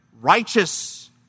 righteous